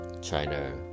China